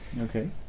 okay